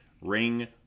ring